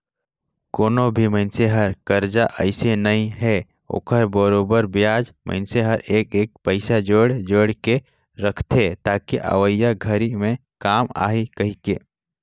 कोनो भी मइनसे हर करजा अइसने नइ हे ओखर बरोबर बियाज मइनसे हर एक एक पइसा जोयड़ जोयड़ के रखथे ताकि अवइया घरी मे काम आही कहीके